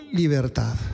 libertad